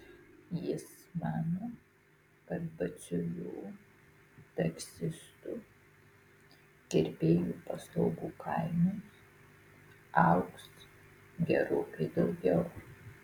jis mano kad batsiuvių taksistų kirpėjų paslaugų kainos augs gerokai daugiau